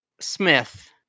smith